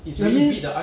really